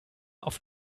auf